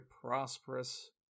prosperous